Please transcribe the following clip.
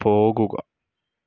പോകുക